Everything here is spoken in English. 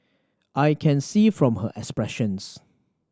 I can see from her expressions